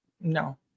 No